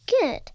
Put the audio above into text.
Good